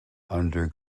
under